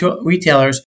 retailers